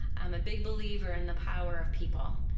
i'm a big believer in the power of people.